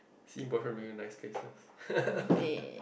see boyfriend bring you nice places